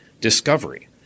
Discovery